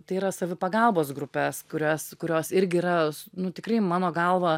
tai yra savipagalbos grupes kurios kurios irgi yra s nu tikrai mano galva